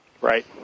Right